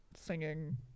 singing